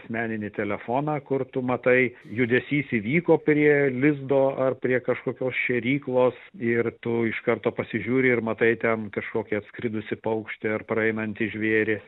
asmeninį telefoną kur tu matai judesys įvyko prie lizdo ar prie kažkokios šėryklos ir tu iš karto pasižiūri ir matai ten kažkokį atskridusį paukštį ar praeinantį žvėrį